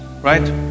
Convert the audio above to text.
right